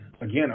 again